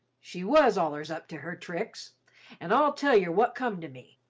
she was allers up to her tricks an' i'll tell yer wot come to me,